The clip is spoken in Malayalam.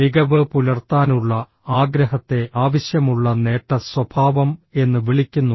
മികവ് പുലർത്താനുള്ള ആഗ്രഹത്തെ ആവശ്യമുള്ള നേട്ട സ്വഭാവം എന്ന് വിളിക്കുന്നു